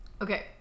Okay